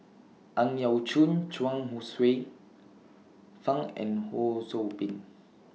Ang Yau Choon Chuang Hsueh Fang and Ho SOU Ping